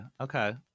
Okay